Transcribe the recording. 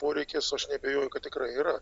poreikis aš neabejoju kad tikrai yra